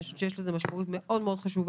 אני חושבת שלמפגש הזה יש משמעות מאוד מאוד חשובה.